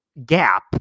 gap